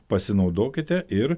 pasinaudokite ir